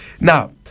now